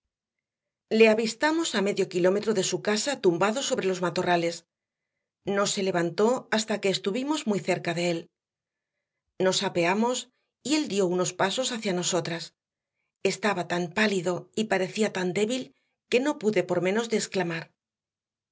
le avistamos a medio kilómetro de su casa tumbado sobre los matorrales no se levantó hasta que estuvimos muy cerca de él nos apeamos y él dio unos pasos hacia nosotras estaba tan pálido y parecía tan débil que no pude por menos de exclamar